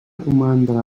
romandre